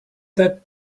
that